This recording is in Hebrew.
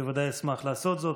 בוודאי אשמח לעשות זאת.